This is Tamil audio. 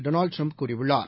டொனால்டுட்ரம்ப் கூறியுள்ளார்